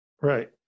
Right